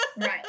Right